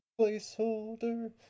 placeholder